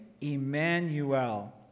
Emmanuel